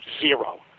zero